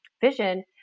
vision